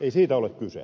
ei siitä ole kyse